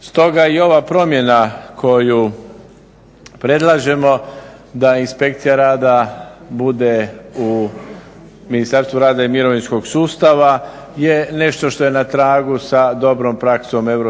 Stoga i ova promjena koju predlažemo da inspekcija rada bude u Ministarstvu rada i mirovinskog sustava je nešto što je na tragu sa dobrom praksom EU